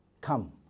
Come